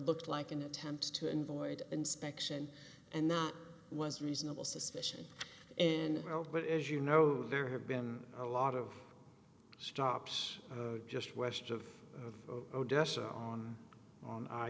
looked like an attempt to and void inspection and that was reasonable suspicion and help but as you know there have been a lot of stops just west of odessa on on